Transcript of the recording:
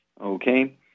Okay